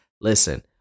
Listen